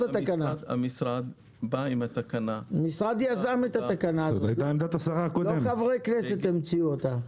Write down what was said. המשרד יזם את התקנה, לא חברי כנסת המציאו אותה.